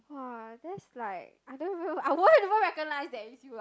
!whoa! that's like I don't I won't even recognise that is you lah